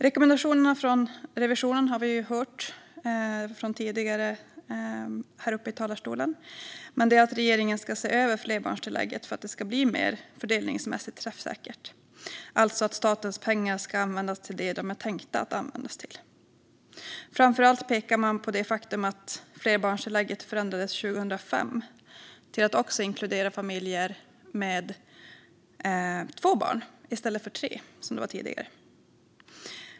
Rekommendationerna från Riksrevisionen handlar om, som vi har hört tidigare härifrån talarstolen, att regeringen ska se över flerbarnstillägget för att det ska bli mer fördelningsmässigt träffsäkert, alltså att statens pengar ska användas till det de är tänkta att användas till. Framför allt pekar man på det faktum att flerbarnstillägget förändrades 2005 till att också inkludera familjer med två barn, i stället för tre eller fler som det var tidigare.